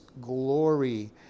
glory